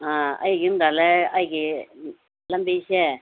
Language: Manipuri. ꯑꯥ ꯑꯩꯒꯤ ꯌꯨꯝꯗ ꯂꯩꯌꯦ ꯑꯩꯒꯤ ꯂꯝꯕꯤꯁꯦ